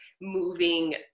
moving